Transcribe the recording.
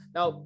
Now